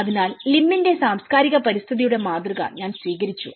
അതിനാൽ ലിമ്മിന്റെLims സാംസ്കാരിക പരിസ്ഥിതിയുടെ മാതൃക ഞാൻ സ്വീകരിച്ചു